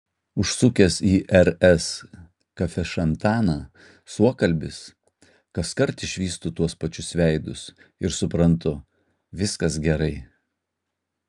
užsukęs į rs kafešantaną suokalbis kaskart išvystu tuos pačius veidus ir suprantu viskas gerai